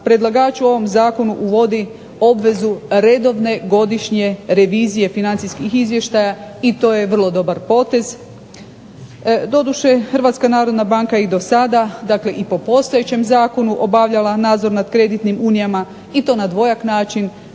predlagač u ovom zakonu uvodi obvezu redovne godišnje revizije financijskih izvještaja i to je vrlo dobar potez. Doduše HNB i dosada, dakle i po postojećem zakonu obavljala nadzor nad kreditnim unijama i to na dvojak način